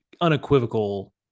unequivocal